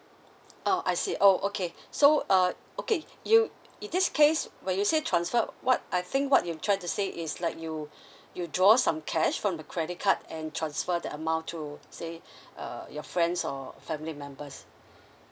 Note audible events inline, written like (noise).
oh I see oh okay so uh okay you in this case when you say transfer what I think what you trying to say is like you (breath) you draw some cash from the credit card and transfer the amount to say (breath) uh your friends or family members